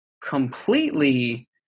completely